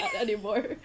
anymore